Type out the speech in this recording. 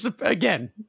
again